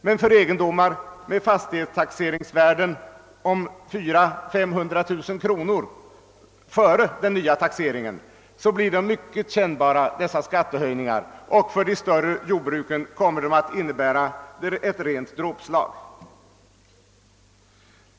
Men för egendomar med fastighetstaxeringsvärden om 400 000— 500 000 kronor före den nya taxeringen blir det mycket kännbara skattehöjningar och för de större jordbruken rena dråpslaget.